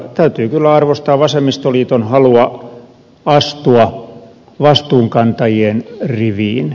täytyy kyllä arvostaa vasemmistoliiton halua astua vastuunkantajien riviin